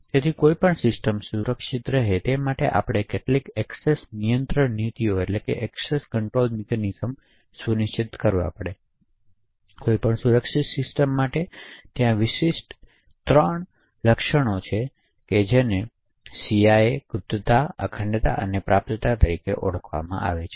જેથી કોઈપણ સિસ્ટમ સુરક્ષિત રહે તે માટે આપણે કેટલીક એક્સેસ નિયંત્રણ નીતિઓ સુનિશ્ચિત કરવી પડશે કોઈપણ સુરક્ષિત સિસ્ટમો માટે ત્યાં ત્રણ વિશિષ્ટ લક્ષ્યો છે જે તેને સીઆઈએ ગુપ્તતા અખંડિતતા અને પ્રાપ્યતા તરીકે ઓળખાય છે